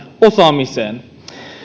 osaamiseen